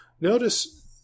notice